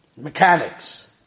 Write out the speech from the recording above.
Mechanics